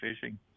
fishing